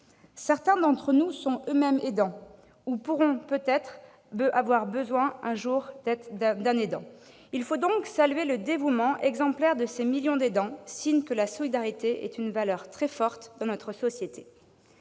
Certains d'entre nous sont eux-mêmes aidants, ou auront peut-être besoin un jour d'un aidant. Il faut donc saluer le dévouement exemplaire de ces millions d'aidants, signe que la solidarité est une valeur très forte dans notre société.